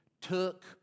took